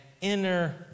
inner